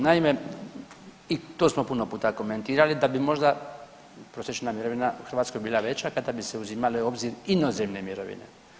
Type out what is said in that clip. Naime i to smo puno puta komentirali da bi možda prosječna mirovina u Hrvatskoj bila veća kada bi se uzimale u obzir inozemne mirovine.